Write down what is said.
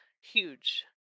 huge